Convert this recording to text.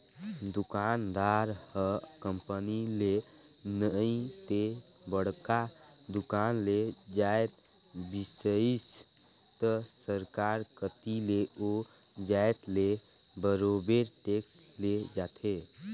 दुकानदार ह कंपनी ले नइ ते बड़का दुकान ले जाएत बिसइस त सरकार कती ले ओ जाएत ले बरोबेर टेक्स ले जाथे